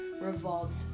revolts